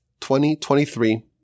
2023